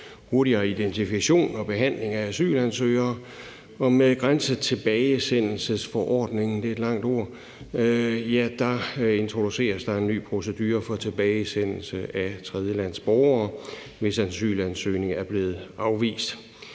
hurtigere identifikation og behandling af asylansøgere, og med grænsetilbagesendelsesforordningen – det er et langt ord – introduceres der en ny procedure for tilbagesendelse af tredjelandsborgere, hvis asylansøgning er blevet afvist.